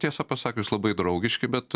tiesą pasakius labai draugiški bet